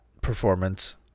performance